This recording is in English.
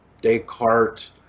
Descartes